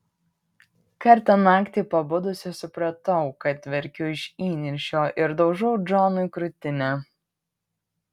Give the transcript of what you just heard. kartą naktį pabudusi supratau kad verkiu iš įniršio ir daužau džonui krūtinę